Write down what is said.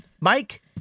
Mike